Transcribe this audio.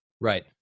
Right